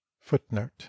Footnote